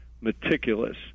meticulous